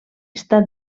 està